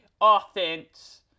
offense